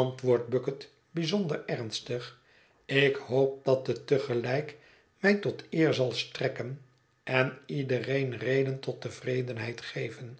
antwoordt bucket bijzonder ernstig ik hoop dat het te gelijk mij tot eer zal strekken en iedereen reden tot tevredenheid geven